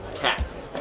cats.